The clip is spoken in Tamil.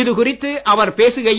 இதுகுறித்து அவர் பேசுகையில்